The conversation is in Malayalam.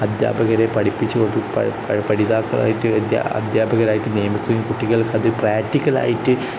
അധ്യാപകരെ പഠിപ്പിച്ച് അധ്യാപകരായിട്ട് നിയമിക്കുകയും കുട്ടികൾക്കത് പ്രാക്ടിക്കലായിട്ട്